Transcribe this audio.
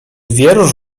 wierusz